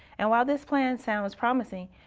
and while this plan sounds promising.